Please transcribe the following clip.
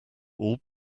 all